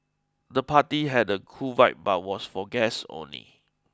the party had a cool vibe but was for guests only